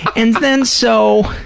and then so.